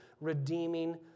redeeming